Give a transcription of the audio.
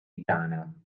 ghana